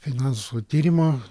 finansų tyrimo